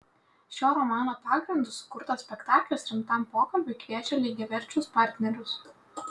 šio romano pagrindu sukurtas spektaklis rimtam pokalbiui kviečia lygiaverčius partnerius